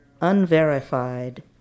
unverified